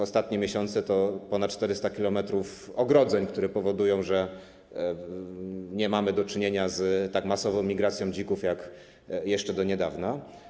Ostatnie miesiące to ponad 400 km ogrodzeń, które powodują, że nie mamy do czynienia z tak masową migracją dzików jak jeszcze do niedawna.